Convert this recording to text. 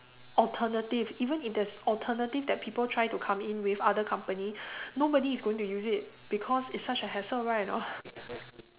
alternative even if there's alternative that people try to come in with other company nobody is going to use it because it's such a hassle right or not